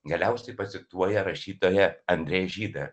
galiausiai pacituoja rašytoją andrė žydą